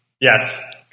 Yes